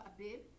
Abib